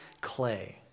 clay